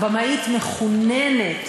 במאית מחוננת,